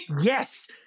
Yes